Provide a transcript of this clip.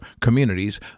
communities